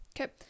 okay